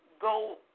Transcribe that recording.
go